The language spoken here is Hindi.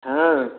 हाँ